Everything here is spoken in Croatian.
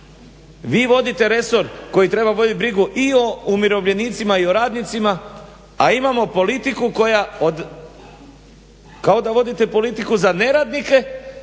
Vi vodite resor koji treba vodit brigu i o umirovljenicima i o radnicima, a imamo politiku koja,